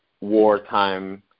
wartime